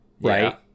right